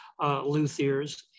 Luthiers